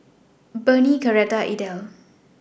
Burney Coretta and Idell